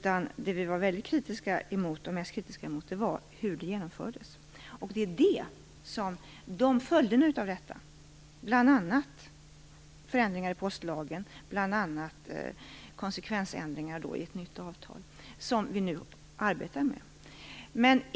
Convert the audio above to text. Det vi var mest kritiska mot var hur det genomfördes. Det är följderna av detta, bl.a. förändringar i postlagen och konsekvensändringar i ett nytt avtal, som vi nu arbetar med.